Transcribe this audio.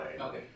Okay